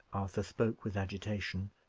arthur spoke with agitation,